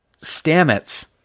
Stamets